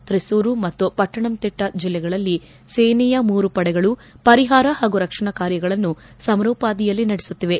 ತ್ರಿಸ್ನೂರು ಮತ್ತು ಪಟ್ಟಣಂತಿಟ್ಟ ಜಲ್ಲೆಗಳಲ್ಲಿ ಸೇನೆಯ ಮೂರು ಪಡೆಗಳು ಪರಿಹಾರ ಹಾಗೂ ರಕ್ಷಣಾ ಕಾರ್ಯಗಳನ್ನು ಸಮರೋಪಾದಿಯಲ್ಲಿ ನಡೆಸುತ್ತಿವೆ